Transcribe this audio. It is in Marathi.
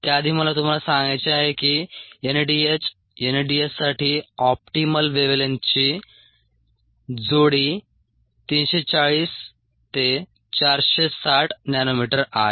त्याआधी मला तुम्हाला सांगायचे आहे की एनएडीएच एनएडीएच साठी ऑप्टिमल वेव्हलेंग्थची जोडी 340 460 नॅनोमीटर आहे